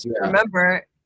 remember